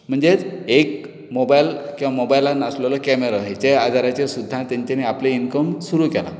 म्हणजेच एक मोबायल किंवा मोबायलान आसललो कॅमेरा हेच्या आदाराचेर सुद्दां तेंच्यानी आपलें इनकम सुरू केलां